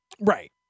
Right